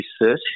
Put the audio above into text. research